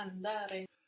Andare